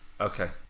Okay